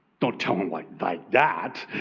don't tell him like like that.